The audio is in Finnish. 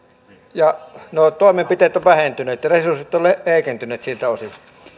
ja nuo toimenpiteet ovat vähentyneet ja resurssit ovat heikentyneet siltä osin